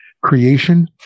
creation